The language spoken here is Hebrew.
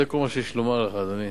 זה כל מה שיש לי לומר לך, אדוני.